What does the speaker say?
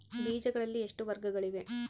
ಬೇಜಗಳಲ್ಲಿ ಎಷ್ಟು ವರ್ಗಗಳಿವೆ?